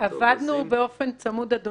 עבדנו באופן צמוד, אדוני,